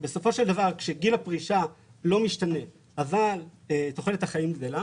בסופו של דבר כאשר גיל הפרישה לא משתנה אבל תוחלת החיים גדלה,